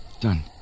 Done